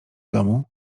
domu